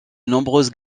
nombreuses